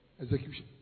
execution